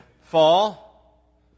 fall